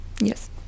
Yes